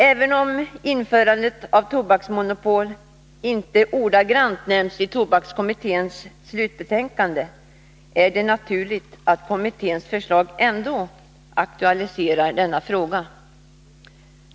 Även om införande av tobaksmonopol inte ordagrant nämns i tobakskommitténs slutbetänkande, är det naturligt att kommitténs förslag ändå aktualiserar denna fråga.